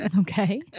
Okay